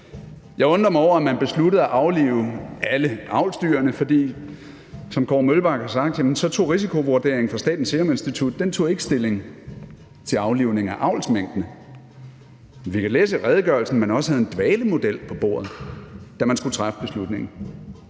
Jeg undrer mig over, at man besluttede at aflive alle avlsdyrene, for, som Kåre Mølbak har sagt, tog risikovurderingen fra Statens Serum Institut ikke stilling til aflivningen af avlsminkene. Vi kan læse i redegørelsen, at man også havde en dvalemodel på bordet, da man skulle træffe beslutningen.